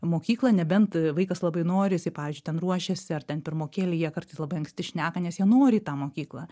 mokyklą nebent vaikas labai nori jisai pavyzdžiui ten ruošiasi ar ten pirmokėliai jie kartais labai anksti šneka nes jie nori į tą mokyklą